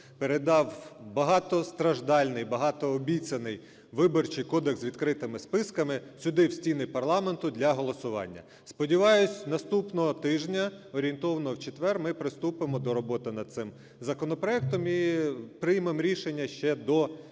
передав багатостраждальний, багатообіцяний Виборчий кодекс з відкритими списками сюди, в стіни парламенту, для голосування. Сподіваюся, наступного тижня, орієнтовно в четвер ми приступимо до роботи над цим законопроектом і приймемо рішення ще до